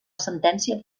sentència